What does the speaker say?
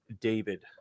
David